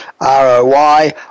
ROI